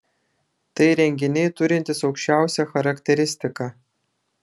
tai įrenginiai turintys aukščiausią charakteristiką